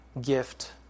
gift